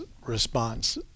Response